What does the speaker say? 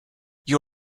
you